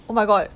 oh my god